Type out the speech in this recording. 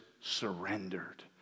surrendered